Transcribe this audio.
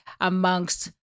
amongst